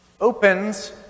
opens